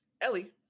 Ellie